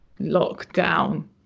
lockdown